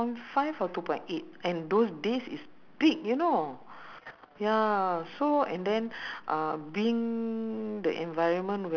so he has trouble not waking up but uh reaching office in time because not because he come out late you know